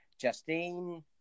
Justine